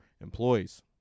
employees